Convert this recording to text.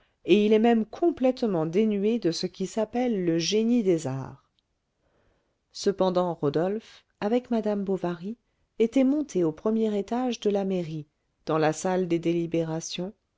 et il est même complètement dénué de ce qui s'appelle le génie des arts cependant rodolphe avec madame bovary était monté au premier étage de la mairie dans la salle des délibérations